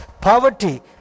poverty